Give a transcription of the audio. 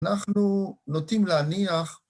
אנחנו נוטים להניח..